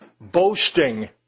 boasting